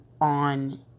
on